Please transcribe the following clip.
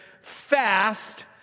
fast